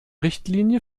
richtlinie